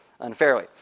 Unfairly